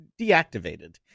deactivated